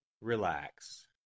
Relax